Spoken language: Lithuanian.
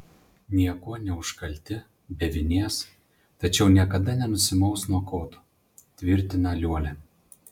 niekuo neužkalti be vinies tačiau niekada nenusimaus nuo koto tvirtina liuolia